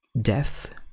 death